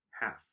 half